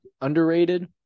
underrated